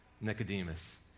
Nicodemus